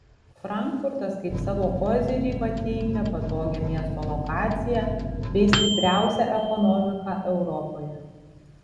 frankfurtas kaip savo kozirį pateikia patogią miesto lokaciją bei stipriausią ekonomiką europoje